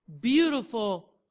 Beautiful